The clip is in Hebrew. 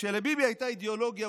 כשלביבי הייתה אידיאולוגיה,